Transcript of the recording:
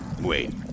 Wait